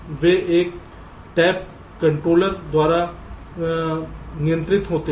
वे एक tab controller कुछ द्वारा नियंत्रित होते हैं